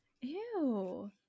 Ew